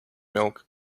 milk